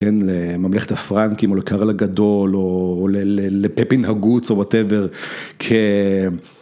לממלכת הפרנקים, או לקרל הגדול, או לפפין הגוץ, או ואטאבר.